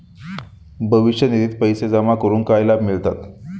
भविष्य निधित पैसे जमा करून काय लाभ मिळतात?